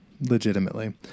legitimately